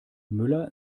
müller